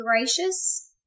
gracious